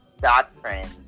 doctrine